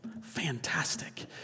fantastic